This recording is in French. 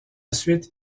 suite